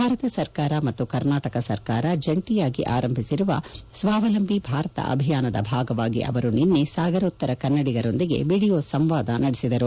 ಭಾರತ ಸರ್ಕಾರ ಮತ್ತು ಕರ್ನಾಟಕ ಸರ್ಕಾರ ಜಂಟಿಯಾಗಿ ಆರಂಭಿಸಿರುವ ಸ್ವಾವಲಂಬಿ ಭಾರತ ಅಭಿಯಾನ ದ ಭಾಗವಾಗಿ ಅವರು ನಿನ್ನೆ ಸಾಗರೋತ್ತರ ಕನ್ನಡಿಗರೊಂದಿಗೆ ವೀಡಿಯೊ ಸಂವಾದ ನಡೆಸಿದರು